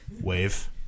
wave